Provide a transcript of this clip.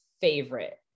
favorite